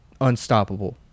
Unstoppable